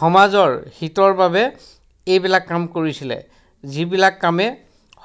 সমাজৰ হিতৰ বাবে এইবিলাক কাম কৰিছিলে যিবিলাক কামে